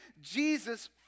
Jesus